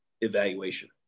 evaluation